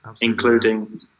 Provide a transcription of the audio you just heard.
including